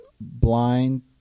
blind